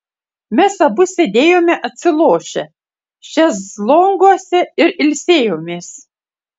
mes abu sėdėjome atsilošę šezlonguose ir ilsėjomės